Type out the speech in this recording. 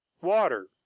Water